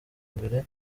imbere